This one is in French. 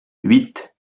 huit